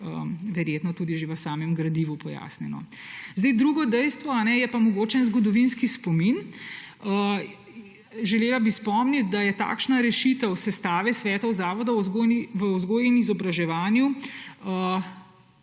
verjetno je tudi že v samem gradivu pojasnjeno. Drugo dejstvo je pa mogoče en zgodovinski spomin. Želela bi spomniti, da je takšna rešitev sestave svetov zavodov v vzgoji in izobraževanju